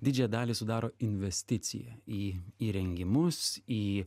didžiąją dalį sudaro investicija į įrengimus į